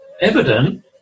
evident